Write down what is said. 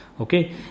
okay